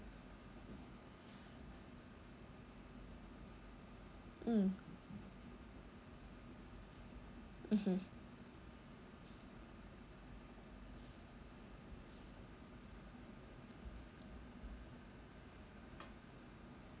mm mmhmm